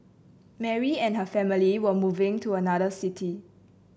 Mary and her family were moving to another city